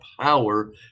power